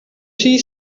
see